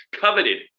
coveted